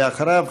ואחריו,